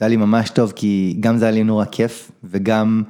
זה היה לי ממש טוב, כי גם זה היה לי נורא כיף, וגם...